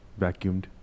vacuumed